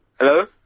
Hello